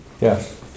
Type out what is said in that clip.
Yes